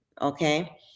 Okay